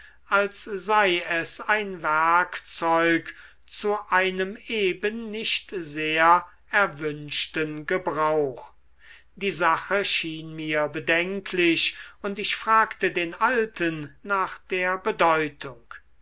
als sei es ein werkzeug zu einem eben nicht sehr erwünschten gebrauch die sache schien mir bedenklich und ich fragte den alten nach der bedeutung